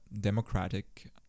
democratic